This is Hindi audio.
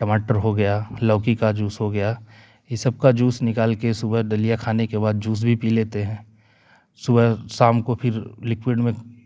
टमाटर हो गया लौकी का जूस हो गया ये सबका जूस निकाल के सुबह दलिया खाने के बाद जूस भी पी लेते हैं सुबह शाम को फिर लिक्विड में